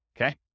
okay